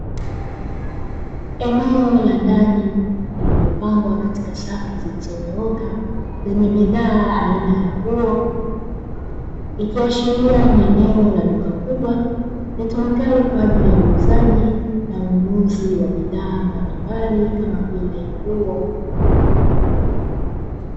Eneo la ndani lililopangwa katika safu zilizonyooka zenye bidhaa aina ya nguo ikiashiria ni eneo la duka kubwa, litumikalo kwa ajili ya uuzaji na ununuzi wa bidhaa mbalimbali kama vile nguo.